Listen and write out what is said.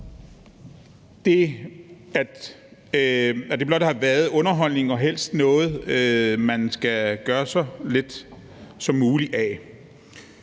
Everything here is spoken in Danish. den, at det blot har været underholdning og noget, man helst skulle gøre så lidt som muligt af.